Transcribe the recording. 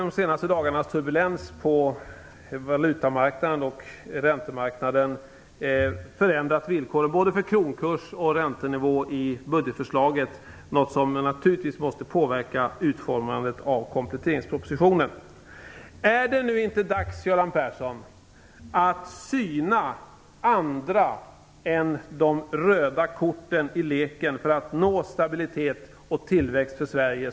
De senaste dagarnas turbulens på valutamarknaden och räntemarknaden har förändrat villkoren för både kronkurs och räntenivå i budgetförslaget, något som naturligtvis måste påverka utformandet av kompletteringspropositionen. Är det nu inte dags, Göran Persson, att syna andra än de röda korten i leken för att nå stabilitet och tillväxt för Sverige?